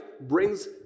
brings